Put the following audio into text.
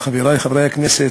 חברי חברי הכנסת,